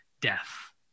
death